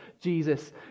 Jesus